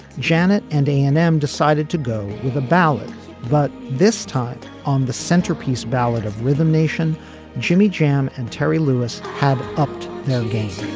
janet and afm decided to go with a ballad but this time on the centerpiece ballad of rhythm nation jimmy jam and terry lewis have. upped their game.